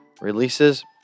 releases